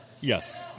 Yes